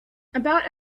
about